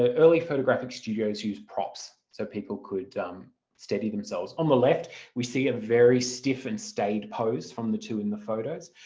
ah early photographic studios used props so people could steady themselves. on the left we see a very stiff and staid pose from the two in the photos.